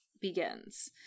begins